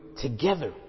together